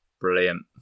Brilliant